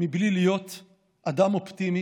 בלי להיות אדם אופטימי